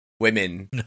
Women